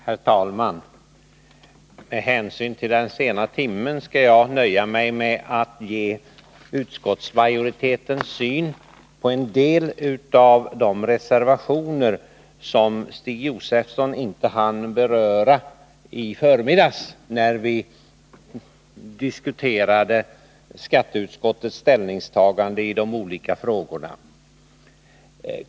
Herr talman! Med hänsyn till den sena timmen skall jag nöja mig med att ge utskottsmajoritetens syn på en del av de reservationer som Stig Josefson inte hann beröra i förmiddags, när vi diskuterade skatteutskottets ställningstagande i de olika frågorna.